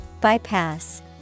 Bypass